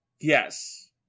Yes